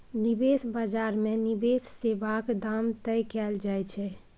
निबेश बजार मे निबेश सेबाक दाम तय कएल जाइ छै